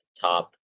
top